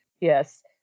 Yes